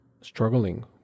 struggling